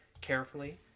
carefully